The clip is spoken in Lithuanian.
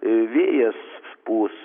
vėjas pūs